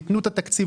תנו את התקציב,